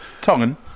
Tongan